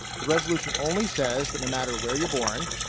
the resolution only says that no matter where you're born,